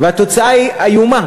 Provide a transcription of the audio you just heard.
והתוצאה היא איומה.